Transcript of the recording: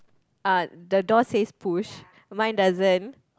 ah the door say push mine doesn't